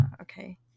Okay